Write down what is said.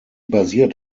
basiert